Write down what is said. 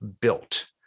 built